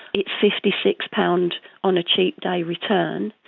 it's fifty six pounds on a cheap day return,